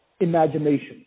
imagination